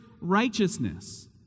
righteousness